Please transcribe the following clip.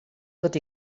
tot